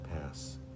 pass